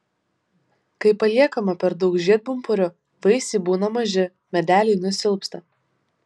kai paliekama per daug žiedpumpurių vaisiai būna maži medeliai nusilpsta